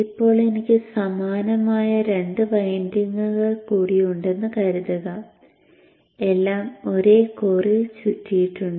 ഇപ്പോൾ എനിക്ക് സമാനമായ രണ്ട് വൈൻഡിംഗുകൾ കൂടി ഉണ്ടെന്ന് കരുതുക എല്ലാം ഒരേ കോറിൽ ചുറ്റിയിട്ടുണ്ട്